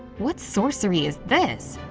what sorcery is this?